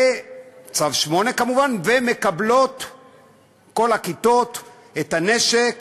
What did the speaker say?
בצו 8 כמובן, ומקבלות את הנשק